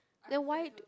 then why do